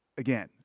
Again